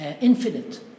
infinite